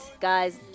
guys